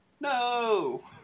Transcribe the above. No